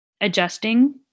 adjusting